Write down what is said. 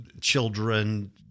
children